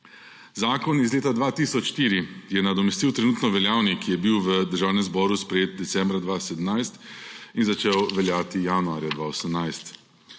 Zakon iz leta 2004 je nadomestil trenutno veljavni, ki je bil v Državnem zboru sprejet decembra 2017 in začel veljati januarja 2018.